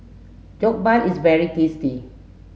jokbal is very tasty